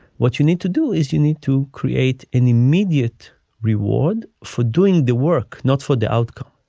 what you need to do is you need to create an immediate reward for doing the work, not for the outcome